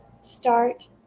Start